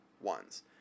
ones